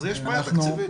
אז יש בעיה תקציבית.